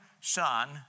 son